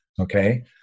Okay